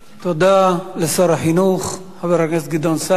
תודה לשר החינוך, חבר הכנסת גדעון סער.